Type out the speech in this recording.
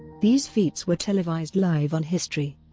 these feats were televised live on history.